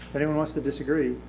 but anyone wants to disagree,